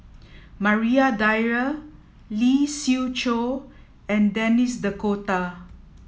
Maria Dyer Lee Siew Choh and Denis D'Cotta